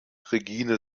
regine